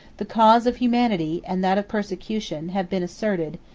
the cause of humanity, and that of persecution, have been asserted,